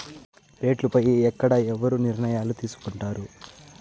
రేట్లు పై ఎక్కడ ఎవరు నిర్ణయాలు తీసుకొంటారు?